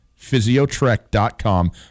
physiotrek.com